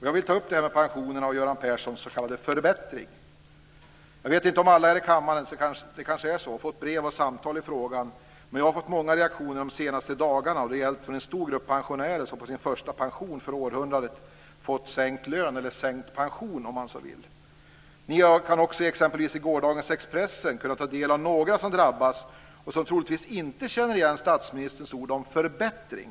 Jag vill ta upp det här med pensionerna och Göran Jag vet inte om alla här i kammaren - det kanske är så - har fått brev och samtal i frågan, men jag har fått många reaktioner de senaste dagarna från en stor grupp pensionärer som på sin första pension för århundradet fått sänkt lön, eller sänkt pension om man så vill. Vi har också, exempelvis i gårdagens Expressen, kunnat ta del av några som drabbats och som troligtvis inte känner igen statsministerns ord om förbättring.